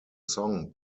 song